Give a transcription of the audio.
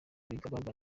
baganiriye